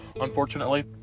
unfortunately